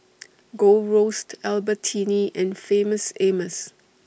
Gold Roast Albertini and Famous Amos